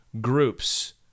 groups